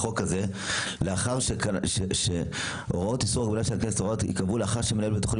בחוק הזה שההוראות ייקבעו לאחר שמנהל בית החולים